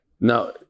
now